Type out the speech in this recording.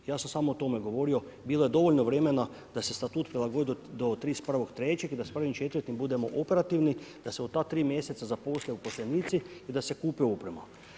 Ja sam samo o tome govorio, bilo je dovoljno vremena da se statut prilagodi do 31.03. i da sa 1.4. budemo operativni i da se u ta tri mjeseca zaposle uposlenici i da se kupi oprema.